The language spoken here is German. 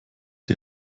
die